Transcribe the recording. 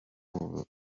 buza